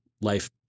Life